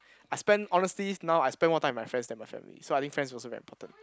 I spend honestly now I spend more time with my friends than my family so I think friends also very important